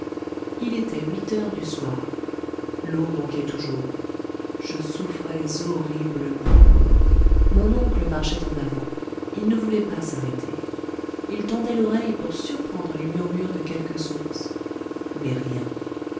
il était huit heures du soir l'eau manquait toujours je souffrais horriblement mon oncle marchait en avant il ne voulait pas s'arrêter il tendait l'oreille pour surprendre les murmures de quelque source mais rien